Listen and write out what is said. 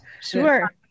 Sure